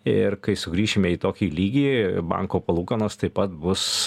ir kai sugrįšime į tokį lygį banko palūkanos taip pat bus